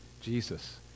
Jesus